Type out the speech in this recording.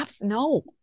No